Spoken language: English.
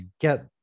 get